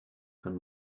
von